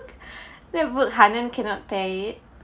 that work hanan cannot pair it